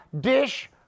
DISH